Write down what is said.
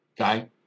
okay